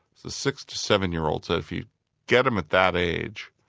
so six to seven-year-olds, so if you get them at that age,